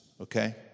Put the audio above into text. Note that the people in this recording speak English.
okay